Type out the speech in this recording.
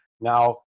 Now